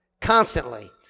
constantly